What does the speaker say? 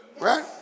Right